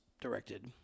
directed